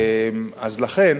לכן